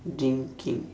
drinking